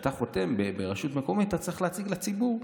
שאתה חותם ברשות מקומית, אתה צריך להציג לציבור.